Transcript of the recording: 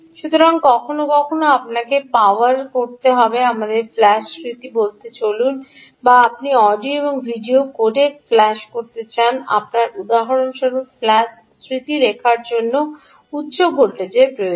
সুতরাং কখনও কখনও আপনাকে পাওয়ার করতে হবে আমাদের ফ্ল্যাশ স্মৃতি বলতে বলুন বা আপনি অডিও এবং ভিডিও কোডেক ফ্ল্যাশ করতে চান আপনার উদাহরণস্বরূপ ফ্ল্যাশ স্মৃতি লেখার জন্য উচ্চ ভোল্টেজ প্রয়োজন